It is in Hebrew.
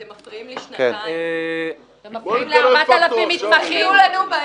אתם מפריעים ל-4,000 מתמחים.